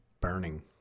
burning